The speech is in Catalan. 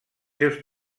seus